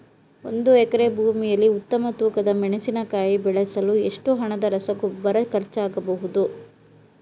ಒಂದು ಎಕರೆ ಭೂಮಿಯಲ್ಲಿ ಉತ್ತಮ ತೂಕದ ಮೆಣಸಿನಕಾಯಿ ಬೆಳೆಸಲು ಎಷ್ಟು ಹಣದ ರಸಗೊಬ್ಬರ ಖರ್ಚಾಗಬಹುದು?